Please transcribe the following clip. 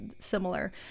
similar